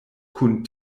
kun